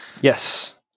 yes